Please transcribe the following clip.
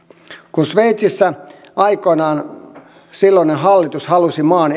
kun sveitsissä aikoinaan silloinen hallitus halusi maan